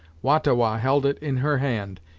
wah-ta-wah held it in her hand,